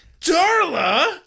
Darla